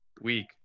week